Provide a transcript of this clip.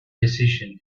decision